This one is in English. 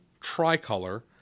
tricolor